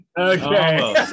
Okay